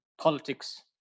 politics